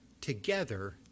together